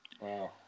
Wow